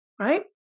right